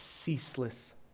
Ceaseless